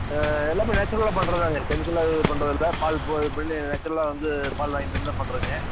எல்லாம் நேச்சுரலாக பண்ணுறது தான்ங்க கெமிக்கலாக எதுவும் பண்ணுறதில்ல பால் பாய்ல் பண்ணி நேச்சுரலாக வந்து பால் வாங்கிட்டு வந்து தான் பண்ணுறோங்க